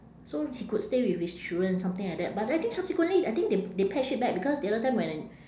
so he could stay with his children something like that but I think subsequently I think they they patch it back because the other time when